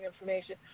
information